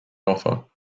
offer